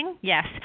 Yes